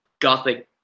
gothic